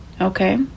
Okay